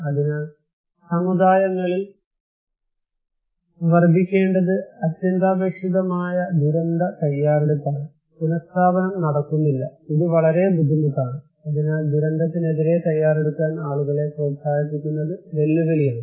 അതിനാൽ സമുദായങ്ങളിൽ വർധിപ്പിക്കേണ്ടത് അത്യന്താപേക്ഷിതമായ ദുരന്ത തയ്യാറെടുപ്പാണ് പുനസ്ഥാപനം നടക്കുന്നില്ല ഇത് വളരെ ബുദ്ധിമുട്ടാണ് അതിനാൽ ദുരന്തത്തിനെതിരെ തയ്യാറെടുക്കാൻ ആളുകളെ പ്രോത്സാഹിപ്പിക്കുന്നത് വെല്ലുവിളിയാണ്